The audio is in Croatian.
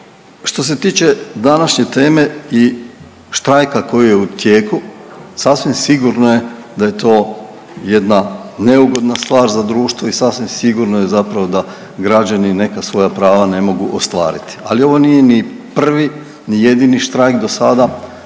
Što se tiče današnje teme i štrajka koji je u tijeku sasvim sigurno je da je to jedna neugodna stvar za društvo i sasvim sigurno je zapravo da građani neka svoja prava ne mogu ostvariti. Ali ovo nije ni prvi ni jedini štrajk do sada,